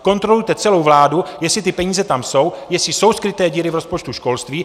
Kontrolujte celou vládu, jestli ty peníze tam jsou, jestli jsou skryté díry v rozpočtu školství.